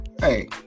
Hey